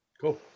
Cool